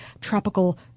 tropical